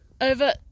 Over